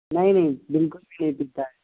نہیں نہیں بالکل بھی نہیں پیتا ہے